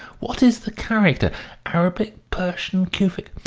what is the character arabic? persian? kufic?